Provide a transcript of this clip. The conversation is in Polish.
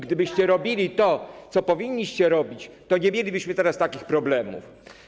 Gdybyście robili to, co powinniście robić, to nie mielibyśmy teraz takich problemów.